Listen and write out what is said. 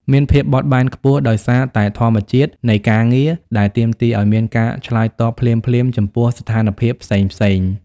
មានភាពបត់បែនខ្ពស់ ដោយសារតែធម្មជាតិនៃការងារដែលទាមទារឱ្យមានការឆ្លើយតបភ្លាមៗចំពោះស្ថានភាពផ្សេងៗ។